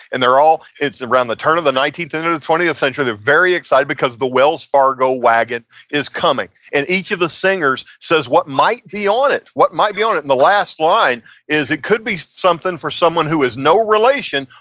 and they're all, it's around the turn of the nineteenth and into the twentieth century. they're very excited because the wells-fargo wagon is coming, and each of the singers says what might be on it. what might be on it? and the last line is, it could be something for someone who has no relation,